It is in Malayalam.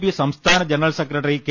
പി സംസ്ഥാന ജനറൽ സെക്രട്ടറി കെ